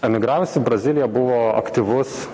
emigravęs į braziliją buvo aktyvus